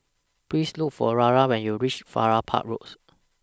Please Look For Ragna when YOU REACH Farrer Park Roads